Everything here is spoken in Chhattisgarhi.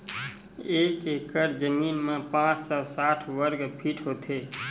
एक एकड़ जमीन मा पांच सौ साठ वर्ग फीट होथे